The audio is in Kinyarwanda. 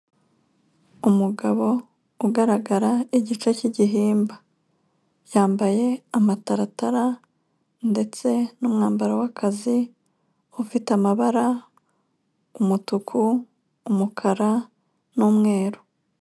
Umugabo ugaragara igice cy'igihimba yambaye amataratara ndetse n'umwambaro w'akazi ufite amabara umutuku, umukara n'umweru.